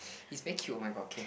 he's very cute oh-my-god okay